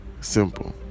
Simple